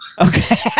Okay